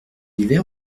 l’hiver